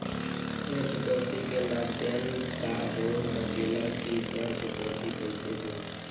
ऋण चुकौती के माध्यम का हो सकेला कि ऋण चुकौती कईसे होई?